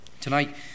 Tonight